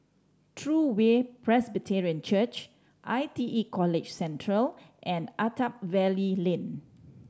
True Way Presbyterian Church I T E College Central and Attap Valley Lane